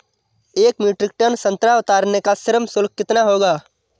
एक metric ton संतरा उतारने का श्रम शुल्क कितना होगा?